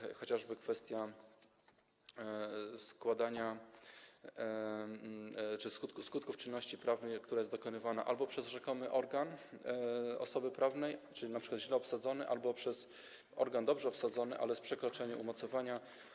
Chodzi chociażby o kwestię składania, kwestię skutków czynności prawnych, które są dokonywane albo przez rzekomy organ osoby prawnej, czyli np. źle obsadzony, albo przez organ dobrze obsadzony, ale z przekroczeniem umocowania.